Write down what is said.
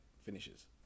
finishes